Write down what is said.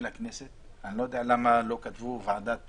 הכנסת אני לא יודע למה לא כתבו ועדת